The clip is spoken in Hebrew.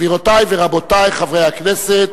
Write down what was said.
גבירותי ורבותי חברי הכנסת,